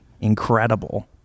incredible